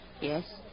Yes